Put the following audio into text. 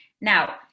Now